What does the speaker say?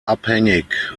abhängig